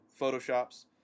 Photoshops